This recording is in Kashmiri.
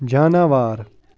جاناوار